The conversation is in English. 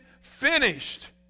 finished